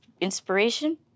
inspiration